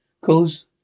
cause